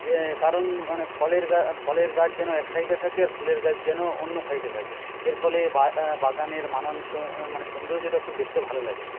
যে কারণ মানে ফলের ফলের গাছ যেন এক সাইডে থাকে আর ফুলের গাছ যেন অন্য সাইডে থাকে এর ফলে বাগানের মানাসই মানে সৌন্দর্যটা খুব দেখতে ভালো লাগে